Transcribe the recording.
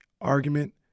argument